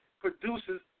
produces